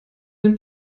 den